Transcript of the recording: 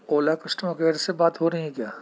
اولا customer care سے بات ہو رہی ہیں کیا